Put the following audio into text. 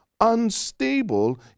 unstable